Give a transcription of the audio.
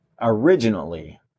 Originally